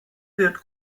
wird